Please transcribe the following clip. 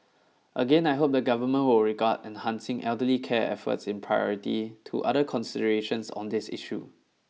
again I hope the Government will regard enhancing elderly care efforts in priority to other considerations on this issue